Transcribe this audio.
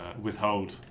withhold